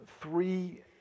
three